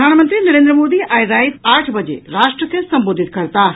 प्रधानमंत्री नरेन्द्र मोदी आइ राति आठ बजे राष्ट्र के संबोधित करताह